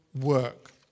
work